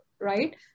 right